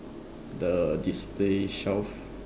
the display shelf